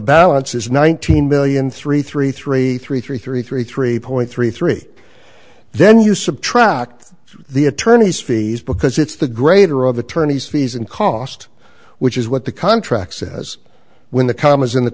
balance is nineteen million three three three three three three three three point three three then you subtract the attorneys fees because it's the greater of attorney's fees and cost which is what the contract says when the commas in the